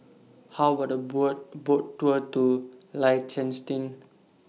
How about Boat Tour two Liechtenstein